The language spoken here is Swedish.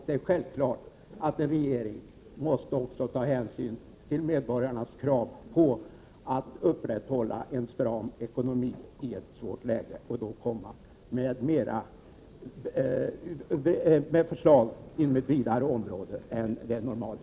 Det är självklart att regeringen också måste ta hänsyn till medborgarnas krav på att det upprätthålls en stram ekonomi i ett svårt läge och då komma med förslag på vidare områden än normalt.